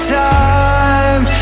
time